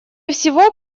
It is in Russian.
всего